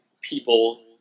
people